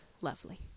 Lovely